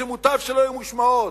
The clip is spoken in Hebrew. שמוטב שלא היו מושמעות.